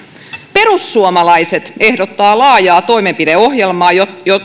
perussuomalaiset ehdottaa laajaa toimenpideohjelmaa